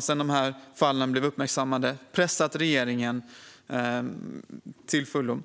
sedan de här fallen blev uppmärksammade 2015 pressat regeringen hårt.